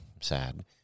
Sad